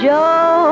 Joe